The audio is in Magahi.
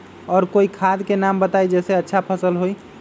और कोइ खाद के नाम बताई जेसे अच्छा फसल होई?